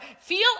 feel